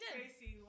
Tracy